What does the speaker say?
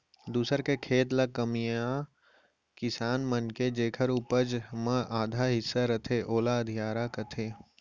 दूसर के खेत ल कमइया किसान मनखे जेकर उपज म आधा हिस्सा रथे ओला अधियारा कथें